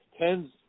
tens